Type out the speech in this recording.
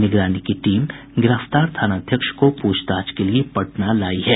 निगरानी की टीम गिरफ्तार थानाध्यक्ष को पूछताछ के लिये पटना लायी है